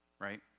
right